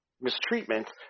mistreatment